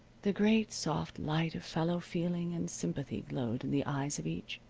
the great, soft light of fellow feeling and sympathy glowed in the eyes of each.